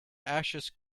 ashes